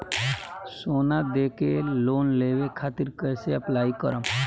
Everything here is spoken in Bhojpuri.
सोना देके लोन लेवे खातिर कैसे अप्लाई करम?